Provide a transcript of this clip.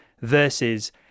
versus